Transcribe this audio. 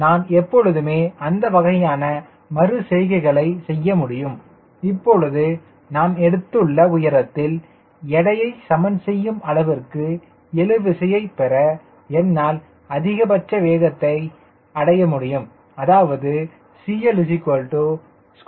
எனவே நான் எப்போதுமே அந்த வகையான மறு செய்கைகளை செய்ய முடியும் இப்பொழுது நாம் எடுத்துள்ள உயரத்தில் எடையை சமன் செய்யும் அளவிற்கு எழு விசையை பெற என்னால் அதிகபட்ச வேகத்தை அடைய முடியும் அதாவது CLCDOK